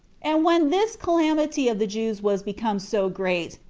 and when this calamity of the jews was become so great,